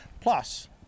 Plus